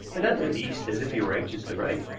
but not in the least as if he were anxious to write.